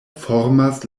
formas